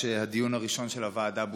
שהדיון הראשון של הוועדה בוטל?